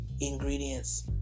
ingredients